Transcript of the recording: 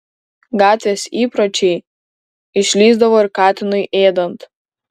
gatvės įpročiai išlįsdavo ir katinui ėdant